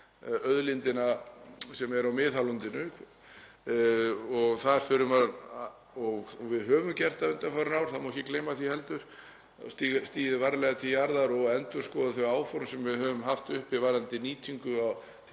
— við höfum gert það undanfarin ár, það má ekki gleyma því heldur — að stíga varlega til jarðar og endurskoða þau áform sem við höfum haft uppi varðandi nýtingu,